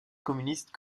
communiste